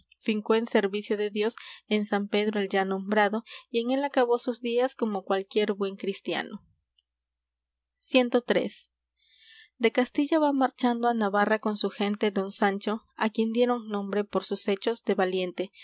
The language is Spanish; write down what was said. en servicio de dios en san pedro el ya nombrado y en él acabó sus días como cualquier buen cristiano ciii de castilla van marchando á navarra con su gente don sancho á quien dieron nombre por sus hechos de valiente